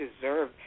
deserve